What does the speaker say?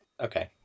Okay